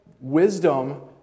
wisdom